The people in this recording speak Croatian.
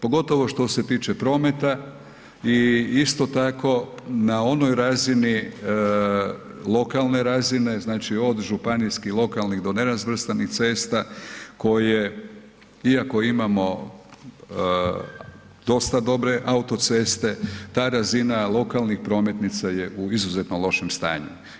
Pogotovo što se tiče prometa i isto tako na onoj razini, lokalne razine znači od županijskih, lokalnih do nerazvrstanih cesta koje iako imamo dosta dobre autoceste ta razina lokalnih prometnica je u izuzetno lošem stanju.